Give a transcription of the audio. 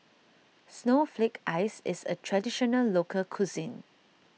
Snowflake Ice is a Traditional Local Cuisine